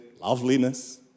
loveliness